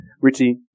Richie